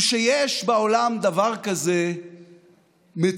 הוא שיש בעולם דבר כזה מציאות,